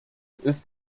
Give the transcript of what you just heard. ist